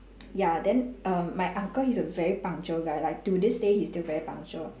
ya then err my uncle he's a very punctual guy like to this day he's still very punctual